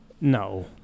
No